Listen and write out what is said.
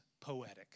poetic